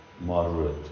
moderate